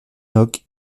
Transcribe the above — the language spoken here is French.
locke